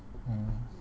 oh